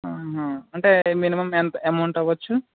అంటే మినిమమ్ ఎంత అమౌంట్ అవ్వచ్చు